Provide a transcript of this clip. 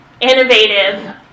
innovative